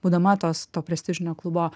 būdama tos to prestižinio klubo